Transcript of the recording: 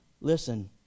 Listen